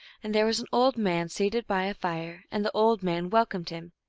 and there was an old man seated by a fire, and the old man welcomed him.